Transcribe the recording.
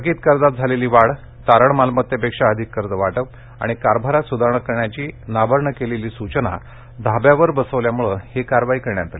थकीत कर्जात झालेली वाढ तारण मालमत्तेपेक्षा अधिक कर्जवाटप आणि कारभारात सुधारणा करण्याची नाबार्डनं केलेली सूचना धाब्यावर बसवल्यामुळं ही कारवाई करण्यात आली